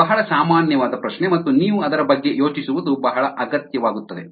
ಇದು ಬಹಳ ಸಾಮಾನ್ಯವಾದ ಪ್ರಶ್ನೆ ಮತ್ತು ನೀವು ಅದರ ಬಗ್ಗೆ ಯೋಚಿಸುವುದು ಬಹಳ ಅಗತ್ಯವಾಗುತ್ತದೆ